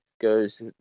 goes